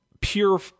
pure